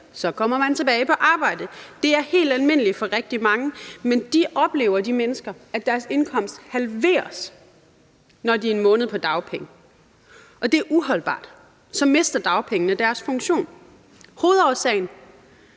så kommer man tilbage på arbejde. Det er helt almindeligt for rigtig mange. Men de mennesker oplever, at deres indkomst halveres, når de er en måned på dagpenge. Det er uholdbart, for så mister dagpengene deres funktion. Hovedårsagen